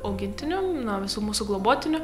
augintinių na visų mūsų globotinių